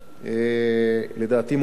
לדעתי מודעי,